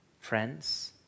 Friends